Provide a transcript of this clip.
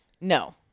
No